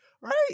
right